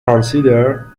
consider